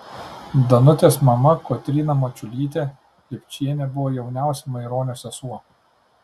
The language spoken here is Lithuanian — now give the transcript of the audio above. danutės mama kotryna mačiulytė lipčienė buvo jauniausia maironio sesuo